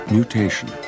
Mutation